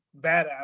badass